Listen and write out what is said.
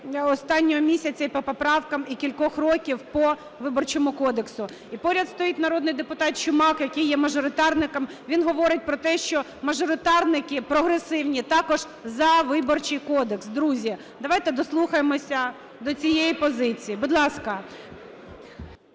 останнього місяця і по поправках, і кількох років по Виборчому кодексу. І поряд стоїть народний депутат Чумак, який є мажоритарником, він говорить про те, що мажоритарники прогресивні також за Виборчий кодекс. Друзі, давайте дослухаємося до цієї позиції, будь ласка.